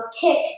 Tick